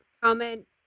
Comment